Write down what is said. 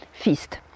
feast